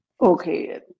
Okay